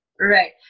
Right